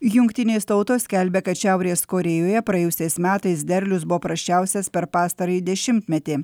jungtinės tautos skelbia kad šiaurės korėjoje praėjusiais metais derlius buvo prasčiausias per pastarąjį dešimtmetį